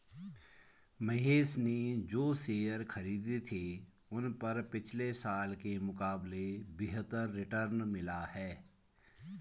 महेश ने जो शेयर खरीदे थे उन पर पिछले साल के मुकाबले बेहतर रिटर्न मिला है